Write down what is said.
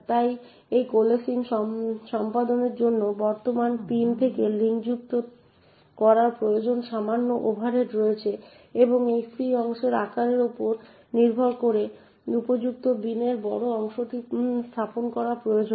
তাই এই কোলেসিং সম্পাদনের জন্য বর্তমান পিন থেকে লিঙ্কমুক্ত করার প্রয়োজনের সামান্য ওভারহেড রয়েছে এবং এই ফ্রি অংশের আকারের উপর নির্ভর করে উপযুক্ত বিনে বড় অংশটি স্থাপন করা প্রয়োজন